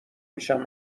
میشم